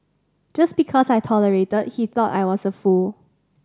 just because I tolerated he thought I was a fool